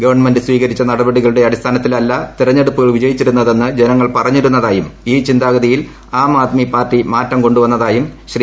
government സ്ഥീകരിച്ചു നടപടികളുടെ അടിസ്ഥാനത്തിലല്ല തെരഞ്ഞെടുപ്പുകൾ വിജയ് ്ച്ചിരുന്നതെന്ന് ജനങ്ങൾ പറഞ്ഞിരുന്നതായും ഈ ചിന്താഗതിയിൽ ആം അദ്മി പാർട്ടി മാറ്റം കൊണ്ടുവന്നതായും ശ്രീ